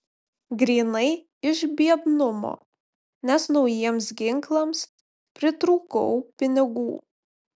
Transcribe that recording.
grynai iš biednumo nes naujiems ginklams pritrūkau pinigų